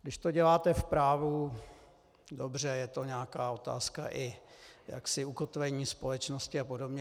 Když to děláte v právu, dobře, je to nějaká otázka i ukotvení společnosti apod.